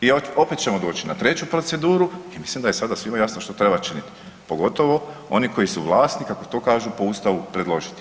I opet ćemo doći na treću proceduru i mislim da je sada svima jasno što treba činiti, pogotovo oni koji su … [[ne razumije se]] kako to kažu po Ustavu predložiti nekoga.